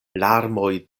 larmoj